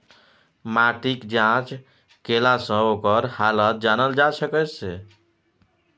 माटिक जाँच केलासँ ओकर हालत जानल जा सकैत छै